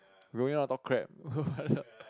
we only know how to talk crap